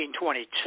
1922